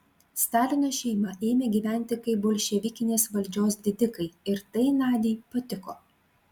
stalino šeima ėmė gyventi kaip bolševikinės valdžios didikai ir tai nadiai patiko